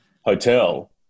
hotel